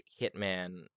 hitman